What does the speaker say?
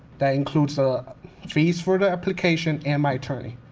that includes the fees for the application and my attorney.